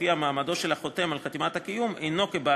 ולפיה מעמדו של חותם חתימת הקיום איננו כשל